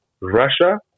Russia